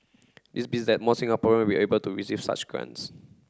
this be that more Singaporean will be able to receive such grants